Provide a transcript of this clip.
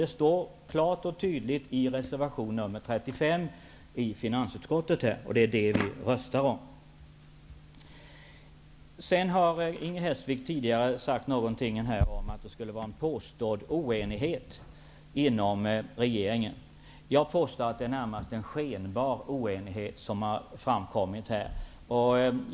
Det står klart och tydligt i reservation 35 till finansutskottets betänkande, och det är detta vi skall rösta om. Inger Hestvik sade tidigare att det skulle förekomma oenighet inom regeringen. Jag påstår att detta närmast är en skenbar oenighet som här har framkommit.